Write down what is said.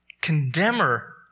condemner